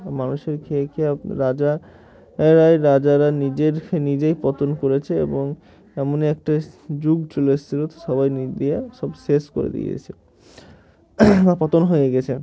মানুষের খেয়ে খেয়ে রাজা এাই রাজারা নিজের নিজেই পতন করেছে এবং এমনই একটা যুগ চলে এসেছিলো সবাই দিয়ে সব শেষ করে দিয়েছে বা পতন হয়ে গেছে